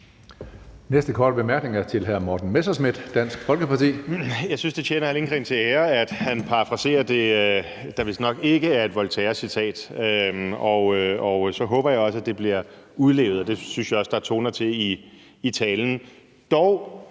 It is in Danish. Næste korte bemærkning er til hr. Morten Messerschmidt, Dansk Folkeparti. Kl. 16:54 Morten Messerschmidt (DF): Jeg synes, at det tjener hr. Stinus Lindgreen til ære, at han parafraserer det, der vistnok ikke er et Voltairecitat. Og så håber jeg også, at det bliver udlevet, og det synes jeg også at der er toner til i talen.